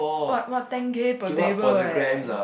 what what ten K per table eh